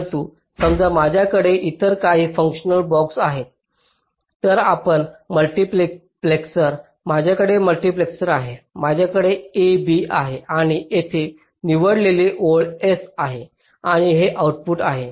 परंतु समजा माझ्याकडे इतर काही फंक्शनल ब्लॉक्स आहेत तर आपण मल्टीप्लेसर माझ्याकडे मल्टीप्लेसर आहे माझ्याकडे A B आहे आणि येथे निवडलेली ओळ S आहे आणि हे आउटपुट आहे